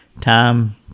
time